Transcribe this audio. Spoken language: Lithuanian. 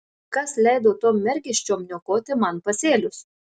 kas leido tom mergiščiom niokoti man pasėlius